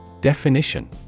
Definition